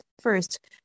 First